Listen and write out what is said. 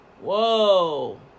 Whoa